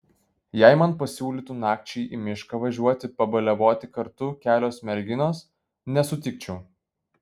jei man pasiūlytų nakčiai į mišką važiuoti pabaliavoti kartu kelios merginos nesutikčiau